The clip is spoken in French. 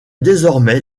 désormais